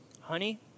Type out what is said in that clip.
Honey